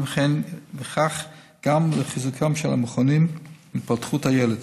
וכך גם לחיזוקם של המכונים להתפתחות הילד.